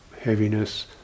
heaviness